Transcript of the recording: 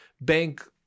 bank